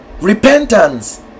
repentance